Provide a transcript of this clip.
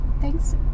Thanks